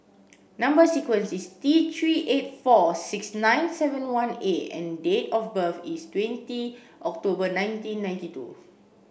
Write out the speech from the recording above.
number sequence is T three eight four six nine seven one A and date of birth is twenty October nineteen ninety two